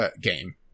game